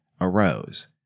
arose